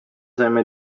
saime